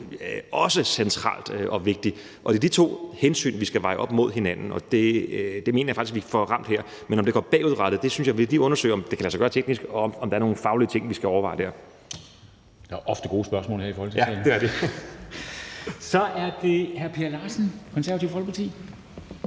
også centralt og vigtigt, og det er de to hensyn, vi skal veje op mod hinanden, og det mener jeg faktisk vi får ramt her. Men om det kan være bagudrettet, synes jeg vi lige skal undersøge om kan lade sig gøre teknisk, og om der er nogle faglige ting, vi skal overveje der. Kl. 10:17 Formanden (Henrik Dam Kristensen): Der bliver ofte stillet